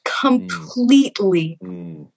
Completely